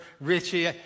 Richie